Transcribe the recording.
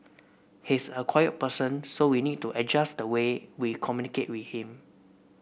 he's a quiet person so we need to adjust the way we communicate with him